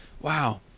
wow